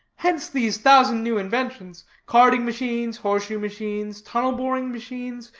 hence these thousand new inventions carding machines, horseshoe machines, tunnel-boring machines,